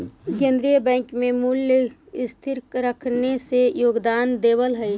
केन्द्रीय बैंक मूल्य को स्थिर रखने में योगदान देवअ हई